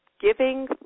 giving